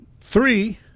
three